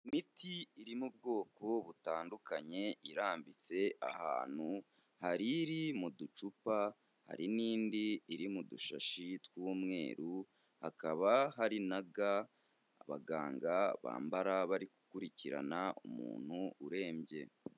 Imiti iri mu bwoko butandukanye irambitse ahantu, hari iri mu ducupa, hari n'indi iri mu dushashi tw'umweru, hakaba hari na ga abaganga bambara bari gukurikirana umuntu urembye.